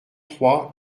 trois